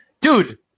dude